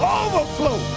overflow